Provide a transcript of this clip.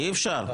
אי אפשר.